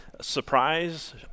surprise